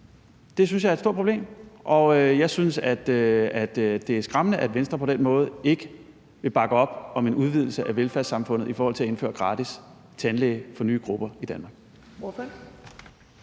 Det synes jeg er et stort problem, og jeg synes, at det er skræmmende, at Venstre på den måde ikke vil bakke op om en udvidelse af velfærdssamfundet i forhold til at indføre gratis tandlæge for nye grupper i Danmark.